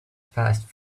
passed